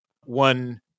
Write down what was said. one